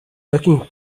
docking